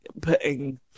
putting